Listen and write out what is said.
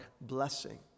blessing